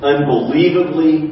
Unbelievably